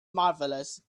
marvelous